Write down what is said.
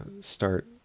start